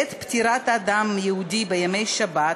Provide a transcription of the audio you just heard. בעת פטירת אדם יהודי בימי שבת,